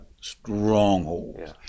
strongholds